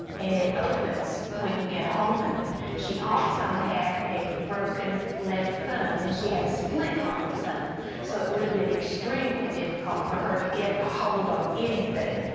and it opens when you get a hold of it. she also had a broken left thumb and she had a splint on her thumb so it would have been extremely difficult for her to get a hold on anything.